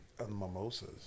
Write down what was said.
mimosas